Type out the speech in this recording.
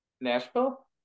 Nashville